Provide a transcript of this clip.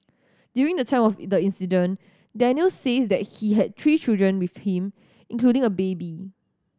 during the time of the incident Daniel says that he had three children with him including a baby